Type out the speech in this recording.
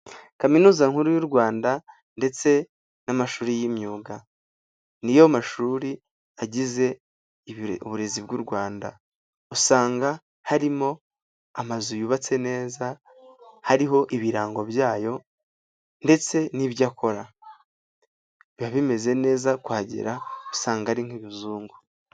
Kaminuza nkuru y'u Rwanda ndetse n'amashuri y'imyuga niyo mashuri agize uburezi bw'u Rwanda usanga harimo amazu yubatse neza hariho ibirango byayo ndetse n'ibyo akora biba bimeze neza kuhagera usanga ari nk'ibuzungu.